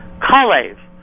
Kalev